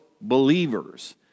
believers